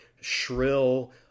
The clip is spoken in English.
shrill